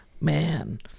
Man